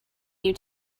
you